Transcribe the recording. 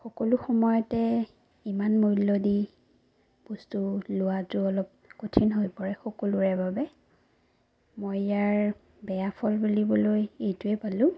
সকলো সময়তে ইমান মূল্য দি বস্তু লোৱাটো অলপ কঠিন হৈ পৰে সকলোৰে বাবে মই ইয়াৰ বেয়া ফল বুলিবলৈ এইটোৱেই পালোঁ